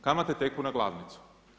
Kamate teku na glavnicu.